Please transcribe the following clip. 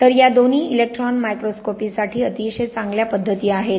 तर या दोन्ही इलेक्ट्रॉन मायक्रोस्कोपीसाठी अतिशय चांगल्या पद्धती आहेत